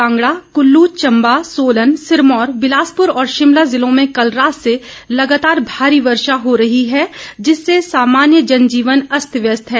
कांगड़ा कुल्लू चंबा सोलन सिरमौर बिलासपुर और शिमला जिलों में कल रात से लगातार भारी वर्षा हो रही है जिससे सामान्य जनजीवन अस्त व्यस्त है